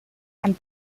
and